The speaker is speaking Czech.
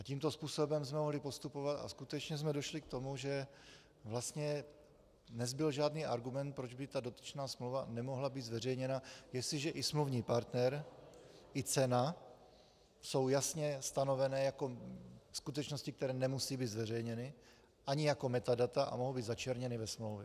Tímto způsobem jsme mohli postupovat a skutečně jsme došli k tomu, že vlastně nezbyl žádný argument, proč by dotyčná smlouva nemohla být zveřejněna, jestliže i smluvní partner i cena jsou jasně stanovené jako skutečnosti, které nemusí být zveřejněny, ani jako metadata, a mohou být začerněny ve smlouvě.